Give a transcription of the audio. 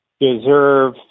deserve